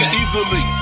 easily